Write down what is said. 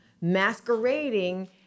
masquerading